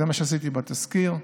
זה מה שעשיתי בתזכיר,